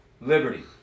liberty